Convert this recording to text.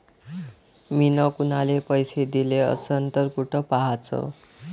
मिन कुनाले पैसे दिले असन तर कुठ पाहाचं?